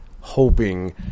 hoping